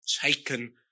taken